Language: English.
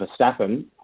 Verstappen